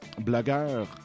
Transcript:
blogueur